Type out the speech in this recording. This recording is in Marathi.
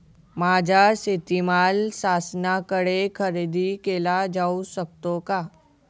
माझा शेतीमाल शासनाकडे खरेदी केला जाऊ शकतो का?